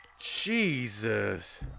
Jesus